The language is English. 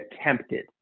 attempted